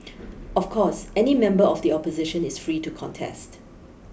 of course any member of the opposition is free to contest